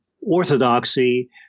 orthodoxy